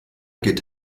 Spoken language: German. geht